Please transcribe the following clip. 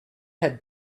had